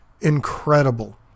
incredible